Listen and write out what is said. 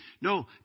No